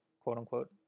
quote-unquote